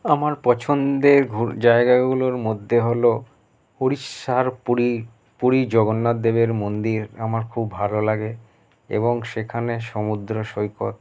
আমার পছন্দের ঘুর জায়গাগুলোর মধ্যে হল উড়িষ্যার পুরী পুরী জগন্নাথদেবের মন্দির আমার খুব ভালো লাগে এবং সেখানে সমুদ্র সৈকত